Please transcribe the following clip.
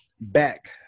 back